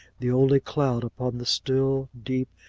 the only cloud upon the still, deep,